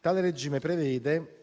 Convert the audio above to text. Tale regime prevede